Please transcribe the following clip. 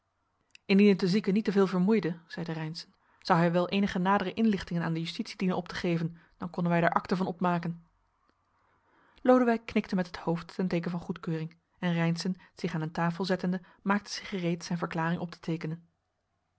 indien het den zieke niet te veel vermoeide zeide reynszen zou hij wel eenige nadere inlichtingen aan de justitie dienen op te geven dan konnen wij daar acte van opmaken lodewijk knikte met het hoofd ten teeken van goedkeuring en reynszen zich aan een tafel zettende maakte zich gereed zijn verklaring op te teekenen